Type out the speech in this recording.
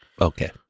Okay